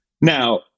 Now